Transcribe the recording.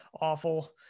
awful